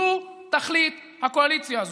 זו תכלית הקואליציה הזאת.